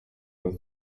with